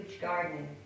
garden